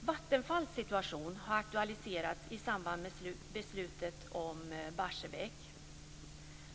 Vattenfalls situation har aktualiserats i samband med beslutet om Barsebäck.